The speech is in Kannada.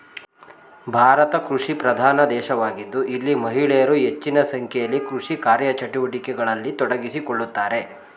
ಭಾರತ ಕೃಷಿಪ್ರಧಾನ ದೇಶವಾಗಿದ್ದು ಇಲ್ಲಿ ಮಹಿಳೆಯರು ಹೆಚ್ಚಿನ ಸಂಖ್ಯೆಯಲ್ಲಿ ಕೃಷಿ ಕಾರ್ಯಚಟುವಟಿಕೆಗಳಲ್ಲಿ ತೊಡಗಿಸಿಕೊಳ್ಳುತ್ತಾರೆ